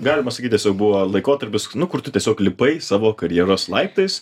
galima sakyt tiesiog buvo laikotarpis nu kur tu tiesiog lipai savo karjeros laiptais